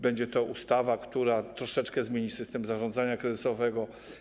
Będzie to ustawa, która troszeczkę zmieni system zarządzania kryzysowego.